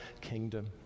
kingdom